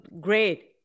great